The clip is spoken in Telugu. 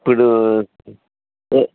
ఇప్పుడు